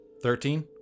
Thirteen